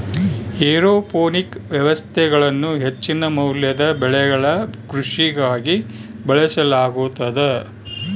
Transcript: aeroponic ವ್ಯವಸ್ಥೆಗಳನ್ನು ಹೆಚ್ಚಿನ ಮೌಲ್ಯದ ಬೆಳೆಗಳ ಕೃಷಿಗಾಗಿ ಬಳಸಲಾಗುತದ